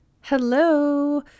Hello